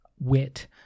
wit